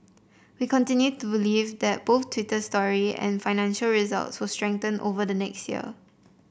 we continue to believe that both Twitter story and financial results will strengthen over the next year